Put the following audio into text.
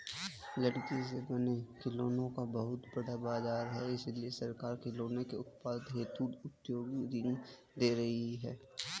लकड़ी से बने खिलौनों का बहुत बड़ा बाजार है इसलिए सरकार खिलौनों के उत्पादन हेतु औद्योगिक ऋण दे रही है